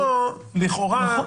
נכון.